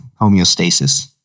homeostasis